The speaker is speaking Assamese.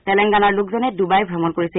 তেলেংগানাৰ লোকজন ডুবাই অমণ কৰিছিল